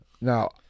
Now